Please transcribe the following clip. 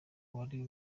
wari